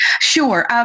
Sure